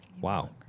Wow